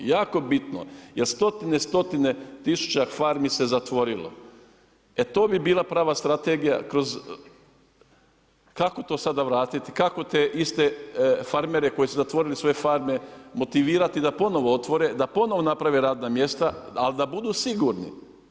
Jako bitno jer stotine i stotine tisuća farmi se zatvorilo, e to bi bila prava strategija kako to sada vratiti, kako te iste farmere koji su zatvorili svoje farme motivirati da ponovno otvore, da ponovno naprave radna mjesta ali da budu sigurni.